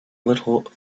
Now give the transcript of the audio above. little